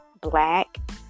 black